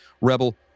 rebel